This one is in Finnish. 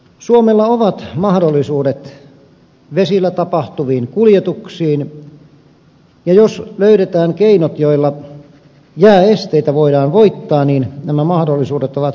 suomella on mahdollisuudet vesillä tapahtuviin kuljetuksiin ja jos löydetään keinot joilla jääesteitä voidaan voittaa nämä mahdollisuudet ovat hyvinkin merkittävät